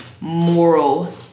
Moral